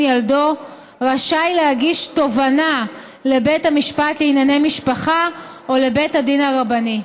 ילדו רשאי להגיש תובענה לבית המשפט לענייני משפחה או לבית הדין הרבני.